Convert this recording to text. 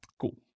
Cool